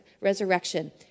resurrection